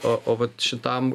o o vat šitam